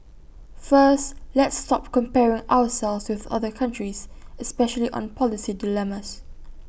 first let's stop comparing ourselves with other countries especially on policy dilemmas